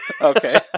Okay